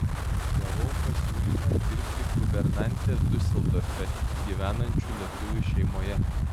gavau pasiūlymą dirbti guvernante diuseldorfe gyvenančių lietuvių šeimoje